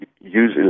use